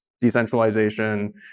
decentralization